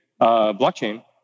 blockchain